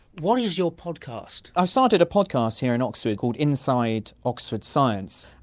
what is your podcast? i've started a podcast here in oxford called inside oxford science.